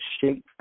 shapes